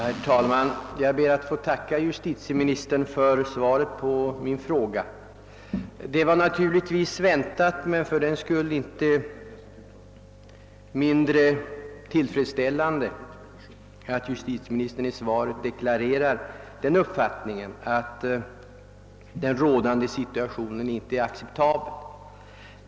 Herr talman! Jag ber att få tacka justitieministern för svaret på min fråga. Det var naturligtvis väntat men fördenskull inte mindre tillfredsställande att justitieministern i svaret skulle deklarera uppfattningen att den rådande situationen inte är acceptabel.